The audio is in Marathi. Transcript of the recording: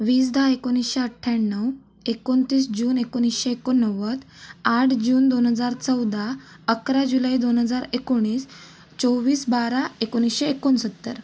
वीस दहा एकोणीसशे अठ्ठ्याण्णऊ एकोणतीस जून एकोणीसशे एकोणनव्वद आठ जून दोन हजार चौदा अकरा जुलै दोन हजार एकोणीस चोवीस बारा एकोणीसशे एकोणसत्तर